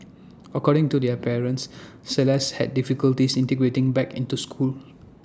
according to their parents celeste had difficulties integrating back into school